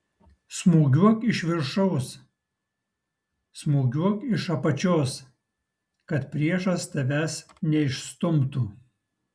smūgiuok iš viršaus smūgiuok iš apačios kad priešas tavęs neišstumtų